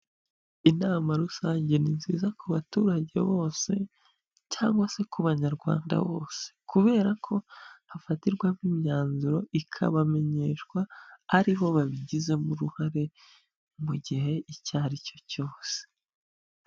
Inama rusange ni nziza ku baturage bose cyangwa se ku banyarwanda bose kubera ko hafatirwamo imyanzuro, ikabamenyeshwa ari bo babigizemo uruhare mu gihe icyo ari cyo cyose.